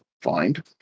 find